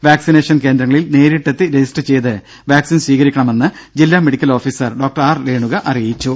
vaccination കേന്ദ്രങ്ങളിൽ നേരിട്ടെത്തി register ചെയ്ത് വാക്സിൻ സ്വീകരിക്കണമെന്ന് ജില്ലാ medical officer doctor R Renuka അറിയിച്ചു